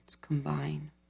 combine